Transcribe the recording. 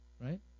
right